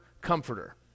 comforter